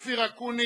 אופיר אקוניס,